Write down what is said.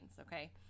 okay